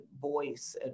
voice